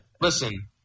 Listen